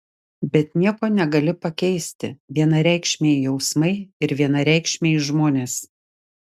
bet nieko negali pakeisti vienareikšmiai jausmai ir vienareikšmiai žmonės